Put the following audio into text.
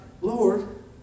Lord